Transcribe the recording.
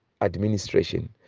administration